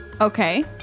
Okay